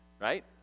right